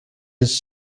his